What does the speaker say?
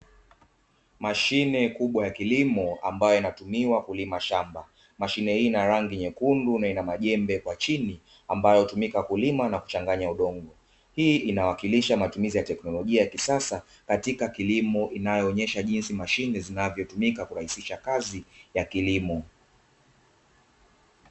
Mashine kubwa ya kilimo ambayo inatumiwa kulima shamba, mashine hii Ina rangi nyekundu na majembo kwa chini, ambayo hutumika kulima na kuchanganya udongo, hii inawakilisha matumizi ya teknolojia ya kisasa katika kilimo inayoonyesha jinsi mashine inayotumika katika kurahisisha kazi ya kilimo.